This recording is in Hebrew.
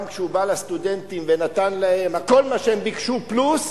גם כשהוא בא לסטודנטים ונתן להם כל מה שביקשו פלוס,